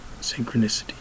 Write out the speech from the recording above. synchronicity